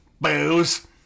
Booze